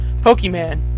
Pokemon